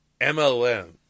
MLM